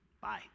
Bye